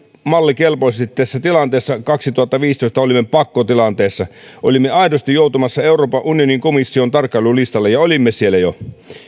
mallikelpoisesti tässä tilanteessa kaksituhattaviisitoista olimme pakkotilanteessa olimme aidosti joutumassa euroopan unionin komission tarkkailulistalle ja olimme siellä jo